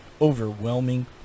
overwhelming